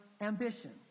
ambition